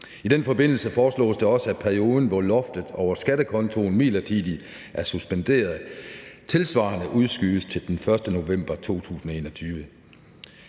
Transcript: I den forbindelse foreslås det også, at perioden, hvor loftet over skattekontoen midlertidigt er suspenderet, tilsvarende udskydes til den 1. november 2021.